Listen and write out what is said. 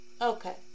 Okay